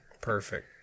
Perfect